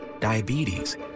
diabetes